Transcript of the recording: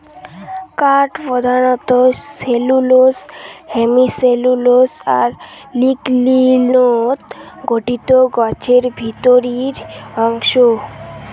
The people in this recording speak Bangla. কাঠ প্রধানত সেলুলোস, হেমিসেলুলোস আর লিগলিনত গঠিত গছের ভিতরির অংশ